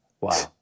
Wow